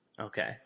Okay